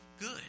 good